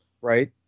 Right